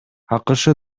акш